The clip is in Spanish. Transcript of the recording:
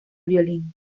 violín